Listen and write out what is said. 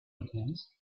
intense